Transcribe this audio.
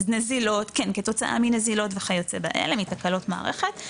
כתוצאה מנזילות וכיוצא באלה, מתקלות מערכת,